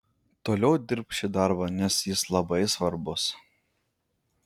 toliau dirbk šį darbą nes jis labai svarbus